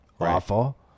awful